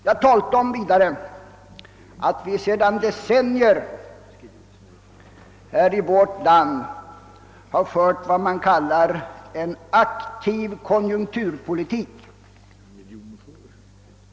Jag talade vidare om att vi sedan decennier här i vårt land fört vad som kallas en aktiv konjunkturpolitik.